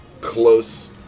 close